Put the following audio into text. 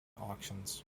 auctions